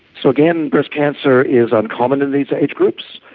so again, breast cancer is uncommon in these age groups.